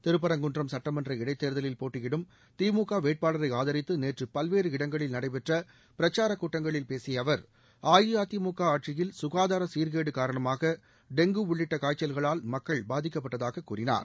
திருப்பரங்குன்றம் சுட்டமன்ற இடைத்தேர்தலில் போட்டியிடும் திமுக வேட்பாளரை ஆதித்து நேற்று பல்வேறு இடங்களில் நடைபெற்ற பிரச்சாரக் கூட்டங்களில் பேசிய அவர் அஇஅதிமுக ஆட்சியில் சுகாதார சீர்கேடு காரணமாக டெங்கு உள்ளிட்ட காய்ச்சல்களால் மக்கள் பாதிக்கப்பட்டதாக கூறினார்